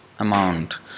amount